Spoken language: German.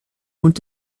und